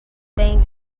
bank